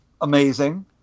amazing